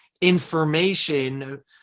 information